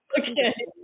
Okay